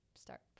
start